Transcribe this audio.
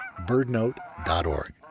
birdnote.org